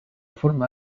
forma